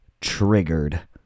triggered